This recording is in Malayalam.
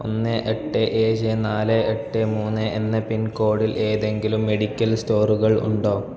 ഒന്ന് എട്ട് ഏഴ് നാള് എട്ട് മൂന്ന് എന്ന പിൻകോഡിൽ ഏതെങ്കിലും മെഡിക്കൽ സ്റ്റോറുകൾ ഉണ്ടോ